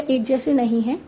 वे एक जैसे नहीं हैं